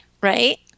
right